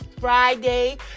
Friday